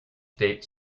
state